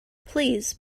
please